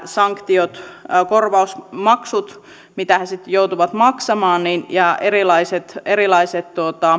sanktiot korvausmaksut mitä he sitten joutuvat maksamaan ja erilaiset erilaiset